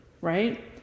right